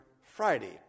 Friday